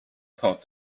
thought